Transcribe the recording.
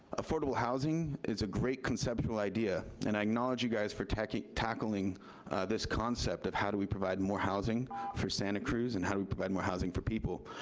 affordable housing is a great conceptual idea and i acknowledge you guys for tackling tackling this concept of how do we provide more housing for santa cruz and how do we provide more housing for people,